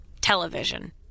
Television